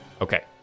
okay